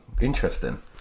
interesting